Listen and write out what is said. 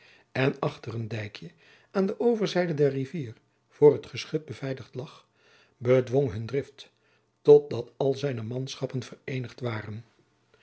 en achter een dijkje aan de overzijde der rivier voor het geschut beveiligd lag bedwong hun drift tot dat al zijne manschappen vereenigd waren